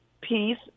peace